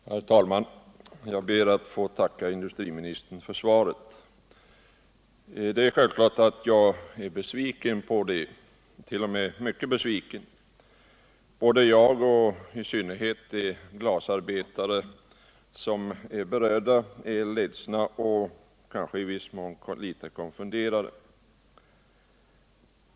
Herr talman! Jag ber att få tacka industriministern för svaret. Det är självklart att jag är besviken på det, t.o.m. mycket besviken. Både jag och i synnerhet de glasarbetare som är berörda är ledsna och kanske i viss mån litet konfunderade.